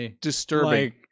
disturbing